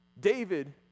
David